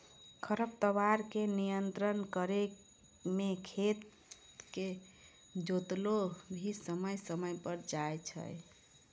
खरपतवार के नियंत्रण करै मे खेत के जोतैलो भी समय समय पर जाय छै